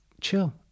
chill